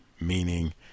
meaning